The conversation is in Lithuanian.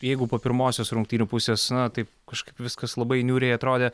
jeigu po pirmosios rungtynių pusės na taip kažkaip viskas labai niūriai atrodė